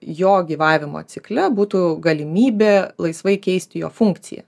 jo gyvavimo cikle būtų galimybė laisvai keisti jo funkciją